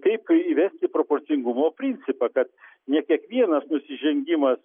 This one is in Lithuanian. kaip įvesti proporcingumo principą kad ne kiekvienas nusižengimas